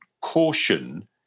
caution